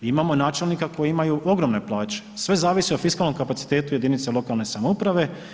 Imamo načelnika koji imaju ogromne plaće, sve zavisi o fiskalnom kapacitetu jedinica lokalne samouprave.